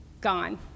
gone